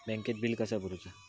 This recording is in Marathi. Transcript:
बँकेत बिल कसा भरुचा?